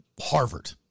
Harvard